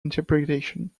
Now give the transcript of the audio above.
interpretation